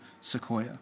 sequoia